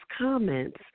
comments